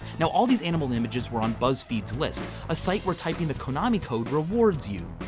now, all of these animal images were on buzzfeed's list, a site where typing to konami code rewards you.